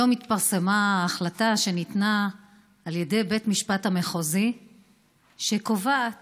היום התפרסמה ההחלטה שניתנה על ידי בית המשפט המחוזי שקובעת